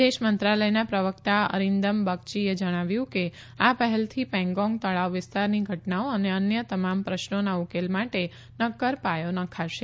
વિદેશ મંત્રાલયના પ્રવક્તા અરિંદમ બગયીએ જણાવ્યું હતું કે આ પહેલથી પેંગોંગ તળાવ વિસ્તારની ઘટનાઓ અને અન્ય તમામ પ્રશ્નોના ઉકેલ માટે નક્કર પાયો નખાશે